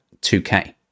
2k